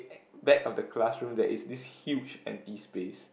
eh back of the classroom there is this huge empty space